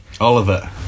Oliver